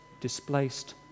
displaced